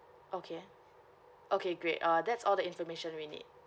okay okay great uh that's all the information we need